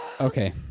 Okay